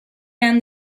down